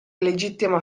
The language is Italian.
legittima